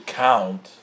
count